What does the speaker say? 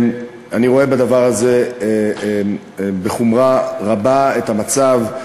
אני רואה בחומרה רבה את המצב,